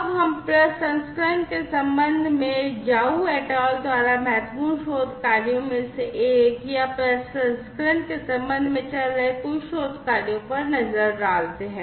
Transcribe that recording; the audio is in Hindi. अब हम प्रसंस्करण के संबंध में Zhou et al द्वारा महत्वपूर्ण शोध कार्यों में से एक या प्रसंस्करण के संबंध में चल रहे कुछ शोध कार्यों पर नजर डालते हैं